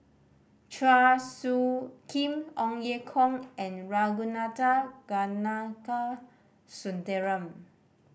Chua Soo Khim Ong Ye Kung and Ragunathar Kanagasuntheram